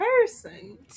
person